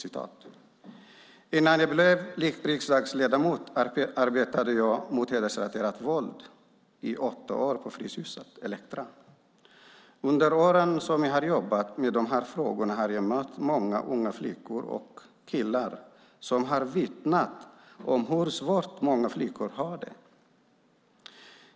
Innan jag blev riksdagsledamot arbetade jag mot hedersrelaterat våld i åtta år på Fryshuset Elektra. Under åren som jag har jobbat med de här frågorna har jag mött många unga flickor och killar som har vittnat om hur svårt många flickor har det.